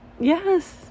Yes